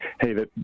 Hey